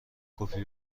کپی